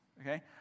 Okay